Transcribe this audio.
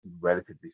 relatively